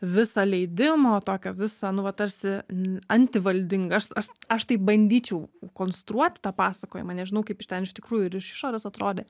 visa leidimo tokio visa nu va tarsi antivaldinga aš aš aš tai bandyčiau konstruoti tą pasakojimą nežinau kaip iš ten iš tikrųjų ir iš išorės atrodė